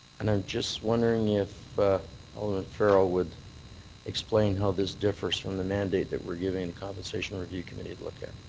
and i'm just wondering if alderman farrell would explain how this differs from the mandate that we're giving compensation review committee to look at.